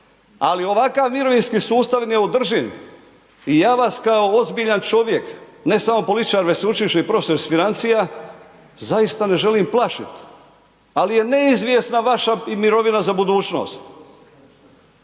ali ovakav mirovinski sustav je neodrživ i ja vas kao ozbiljan čovjek, ne samo političar već sveučilišni profesor iz financija zaista ne želim plašiti ali je neizvjesna vaša i mirovina za budućnost.